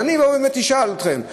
ואני באמת אשאל אתכם: